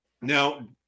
Now